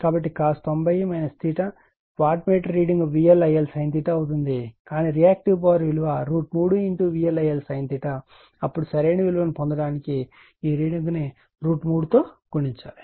కాబట్టి cos 90 o watt meter reading VL IL sin అవుతుంది కానీ రియాక్టివ్ పవర్ విలువ √ 3 VL IL sin అప్పుడు సరైన విలువ ను పొందడానికి ఈ రీడింగ్ ను √ 3 తో గుణించాలి